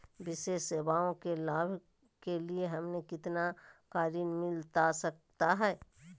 विशेष सेवाओं के लाभ के लिए हमें कितना का ऋण मिलता सकता है?